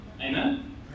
Amen